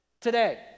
today